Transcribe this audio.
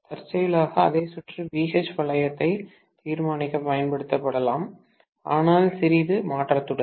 தற்செயலாக அதே சுற்று BH வளையத்தை தீர்மானிக்க பயன்படுத்தப்படலாம் ஆனால் சிறிது மாற்றத்துடன்